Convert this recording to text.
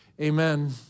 Amen